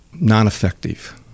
non-effective